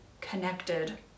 connected